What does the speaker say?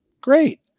great